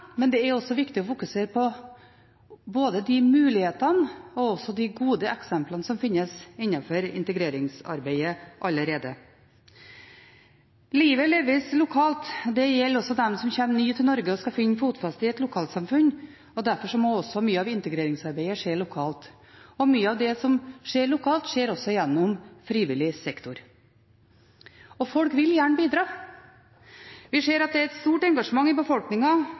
men det er også viktig å fokusere på både de mulighetene og de gode eksemplene som finnes innenfor integreringsarbeidet allerede. Livet leves lokalt. Det gjelder også dem som kommer nye til Norge og skal finne fotfeste i et lokalsamfunn, og derfor må også mye av integreringsarbeidet skje lokalt. Mye av det som skjer lokalt, skjer gjennom frivillig sektor. Folk vil gjerne bidra. Vi ser at det er et stort engasjement i